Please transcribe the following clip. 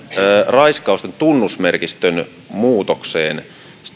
raiskausten tunnusmerkistön muutokseen